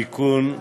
(תיקון,